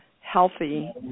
healthy